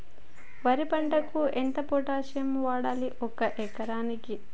వరి పంటకు ఎంత పొటాషియం వాడాలి ఒక ఎకరానికి?